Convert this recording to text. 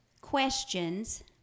questions